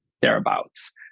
thereabouts